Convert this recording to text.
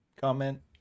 comment